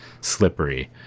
slippery